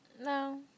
No